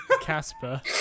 Casper